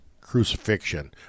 crucifixion